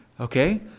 Okay